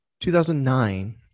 2009